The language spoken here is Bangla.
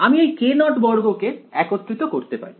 আমি এই k নট বর্গ কে একত্রিত করতে পারি